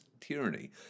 tyranny